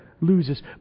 Loses